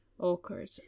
Awkward